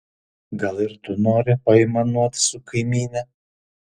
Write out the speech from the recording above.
gal ir tu nori paaimanuot su kaimyne